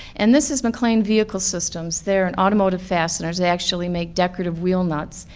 and this is maclean vehicle systems, they're in automotive fasteners, they actually make decorative wheel nuts,